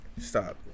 Stop